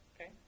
Okay